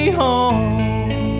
home